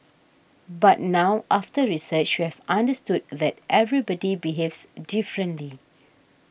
but now after research we have understood that everybody behaves differently